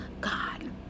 God